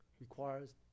requires